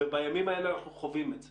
ובימים האלה אנחנו חווים את זה,